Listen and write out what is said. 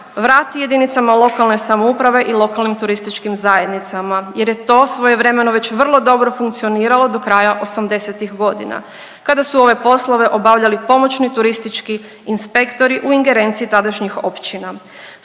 smještaja na crno vrati JLS i lokalnim turističkim zajednicama jer je to svojevremeno već vrlo dobro funkcioniralo do kraja '80.-tih godina kada su ove poslove obavljali pomoćni turistički inspektori u ingerenciji tadašnjih općina.